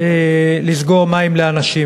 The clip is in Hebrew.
לסגור מים לאנשים.